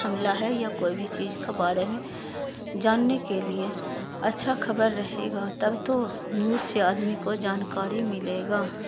حملہ ہے یا کوئی بھی چیز کا بارے میں جاننے کے لیے اچھا خبر رہے گا تب تو نیوز سے آدمی کو جانکاری ملے گا